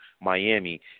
Miami